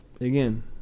again